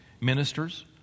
Ministers